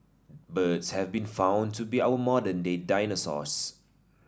birds have been found to be our modern day dinosaurs